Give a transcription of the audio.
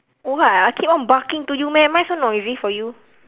what I keep on barking to you meh am I so noisy for you